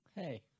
Hey